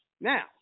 now